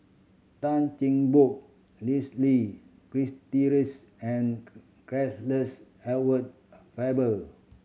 Tan Cheng Bock Leslie and Edward Faber